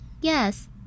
yes